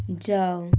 जाऊ